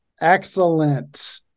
Excellent